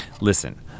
Listen